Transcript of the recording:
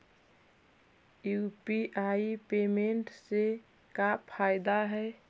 UPI payment से का फायदा है?